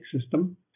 system